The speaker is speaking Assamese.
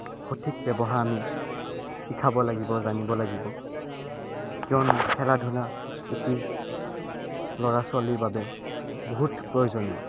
সঠিক ব্যৱহাৰ আমি শিকাব লাগিব জানিব লাগিব কিয়নো খেলা ধূলা এটি ল'ৰা ছোৱালীৰ বাবে বহুত প্ৰয়োজনীয়